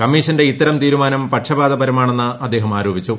കമ്മീഷന്റെ ഇത്തരം തീരുമാനം പക്ഷപാതപരമാണെന്ന് അദ്ദേഹം ആരോപിച്ചു